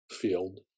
field